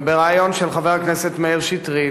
ובריאיון של חבר הכנסת מאיר שטרית,